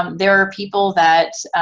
um there are people that,